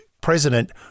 president